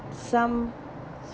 some